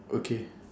okay